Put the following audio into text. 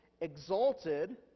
exalted